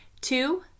Two